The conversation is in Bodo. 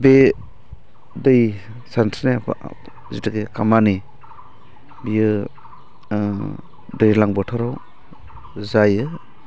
बे दै सानस्रिनाय जिथुखे खामानि बियो दैज्लां बोथोराव जायो